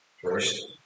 first